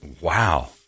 wow